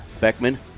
Beckman